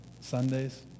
Sundays